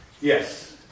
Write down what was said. Yes